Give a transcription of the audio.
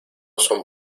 son